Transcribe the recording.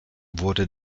wurde